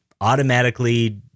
automatically